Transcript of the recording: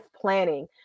planning